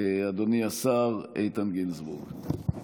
אדוני השר איתן גינזבורג.